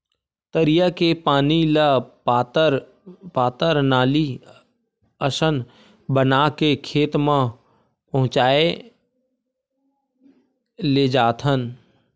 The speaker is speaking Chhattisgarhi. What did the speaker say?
तरिया के पानी ल पातर पातर नाली असन बना के खेत म पहुचाए लेजाथन